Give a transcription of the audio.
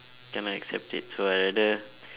cannot accept it so I rather